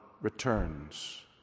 returns